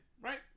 Right